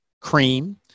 cream